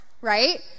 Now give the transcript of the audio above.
right